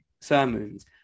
sermons